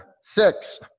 six